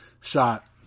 shot